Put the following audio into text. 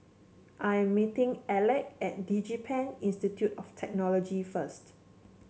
I am meeting Alek at DigiPen Institute of Technology first